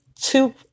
two